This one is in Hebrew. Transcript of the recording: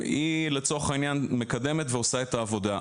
לצורך העניין היא מקדמת ועושה את העבודה.